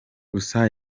gusa